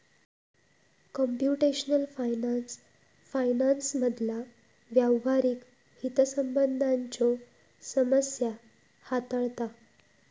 computational finance फायनान्समधला व्यावहारिक हितसंबंधांच्यो समस्या हाताळता